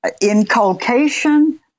inculcation